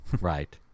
Right